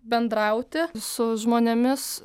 bendrauti su žmonėmis